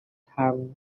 harmed